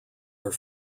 are